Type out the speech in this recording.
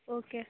okay